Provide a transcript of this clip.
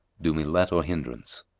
do me let or hindrance.